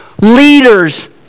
leaders